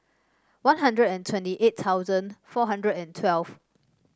One Hundred and twenty eight thousand four hundred and twelve